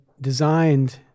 designed